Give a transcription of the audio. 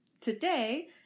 Today